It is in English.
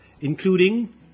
including